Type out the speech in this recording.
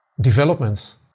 developments